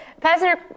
Pastor